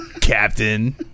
Captain